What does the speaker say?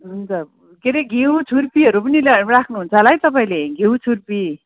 हुन्छ के अरे घिउ छुर्पीहरू पनि ल्या राख्नुहुन्छ होला है तपाईँले घिउ छुर्पी